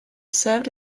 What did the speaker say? served